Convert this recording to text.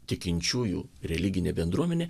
tikinčiųjų religinė bendruomenė